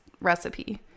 recipe